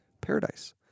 paradise